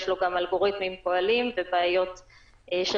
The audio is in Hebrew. יש לו גם אלגוריתמים פועלים ובעיות של